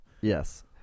Yes